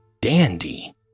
Dandy